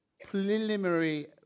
preliminary